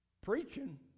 Preaching